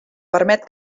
permet